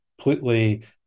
completely